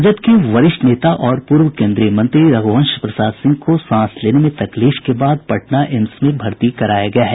राजद के वरिष्ठ नेता और पूर्व केन्द्रीय मंत्री रघुवंश प्रसाद सिंह को सांस लेने में तकलीफ के बाद पटना एम्स में भर्ती कराया गया है